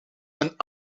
een